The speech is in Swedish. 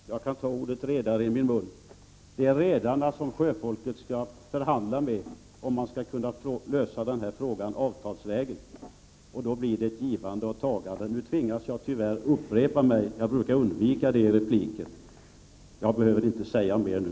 Herr talman! Jag kan ta ordet ”redare” i min mun. Det är redarna som sjöfolket skall förhandla med, om man skall kunna lösa den här frågan avtalsvägen. Då blir det ett givande och ett tagande. Nu tvingas jag tyvärr upprepa mig — jag brukar undvika det i repliker. Jag behöver inte säga mer nu.